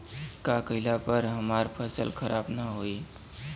का कइला पर हमार फसल खराब ना होयी?